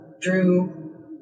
Drew